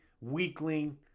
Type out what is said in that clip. weakling